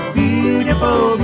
beautiful